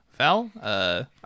Val